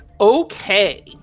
Okay